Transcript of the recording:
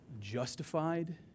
justified